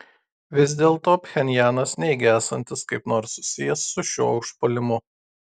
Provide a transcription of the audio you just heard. vis dėlto pchenjanas neigia esantis kaip nors susijęs su šiuo užpuolimu